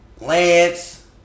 Lance